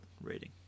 rating